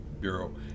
bureau